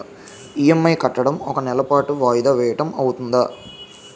EMI కట్టడం ఒక నెల పాటు వాయిదా వేయటం అవ్తుందా?